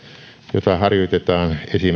jota harjoitetaan